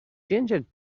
ginger